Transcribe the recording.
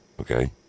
okay